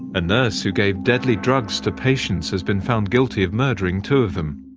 a nurse who gave deadly drugs to patients has been found guilty of murdering two of them.